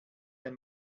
ein